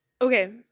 Okay